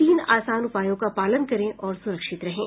तीन आसान उपायों का पालन करें और सुरक्षित रहें